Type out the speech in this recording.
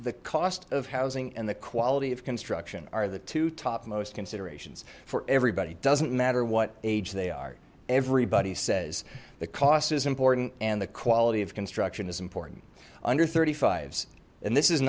the cost of housing and the quality of construction are the two topmost considerations for everybody doesn't matter what age they are everybody says the cost is important and the quality of construction is important under s and this is